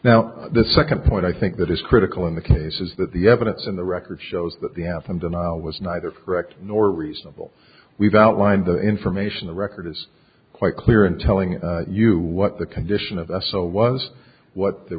now the second point i think that is critical in the case is that the evidence in the record shows that the f m denial was neither wrecked nor reasonable we've outlined the information the record is quite clear in telling you what the condition of esso was what the